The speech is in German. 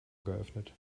geöffnet